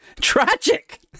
tragic